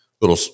little